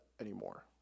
anymore